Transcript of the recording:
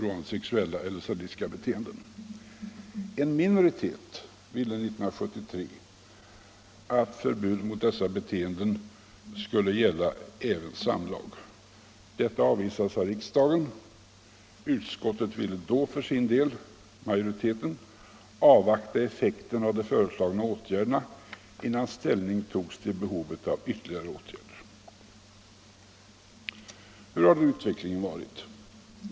En minoritet ville 1973 att förbudet mot dessa beteenden skulle gälla även samlag. Detta avvisades av riksdagen. Utskottsmajoriteten ville då för sin del avvakta effekten av de föreslagna åtgärderna innan ställning togs till behovet av ytterligare åtgärder. Hur har då utvecklingen varit?